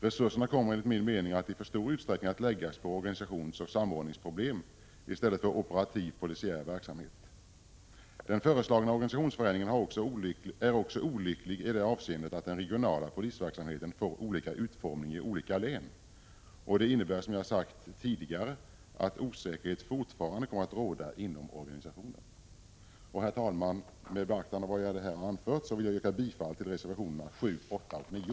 Resurserna kommer, enligt min mening, att i för stor utsträckning läggas på organisationsoch samordningsproblem i stället för på operativ polisiär verksamhet. Den föreslagna organisationsförändringen är också olycklig i det avseendet att den regionala polisverksamheten får olika utformning i olika län. Det innebär, som jag sagt tidigare, att osäkerhet fortfarande kommer att råda inom organisationen. Herr talman! Efter vad jag här har anfört vill jag yrka bifall till reservationerna 7, 8 och 9.